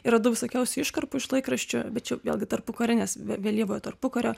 ir radau visokiausių iškarpų iš laikraščių bet čia vėlgi tarpukariu nes vėlyvojo tarpukario